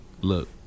look